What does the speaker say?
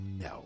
no